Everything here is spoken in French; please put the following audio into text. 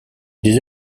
des